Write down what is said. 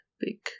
big